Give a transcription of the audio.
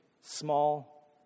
small